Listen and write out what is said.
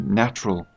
natural